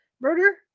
Murder